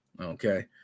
Okay